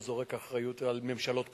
לא זורק אחריות על ממשלות קודמות,